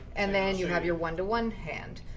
and then you have your one to one hand.